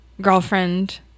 girlfriend